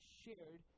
shared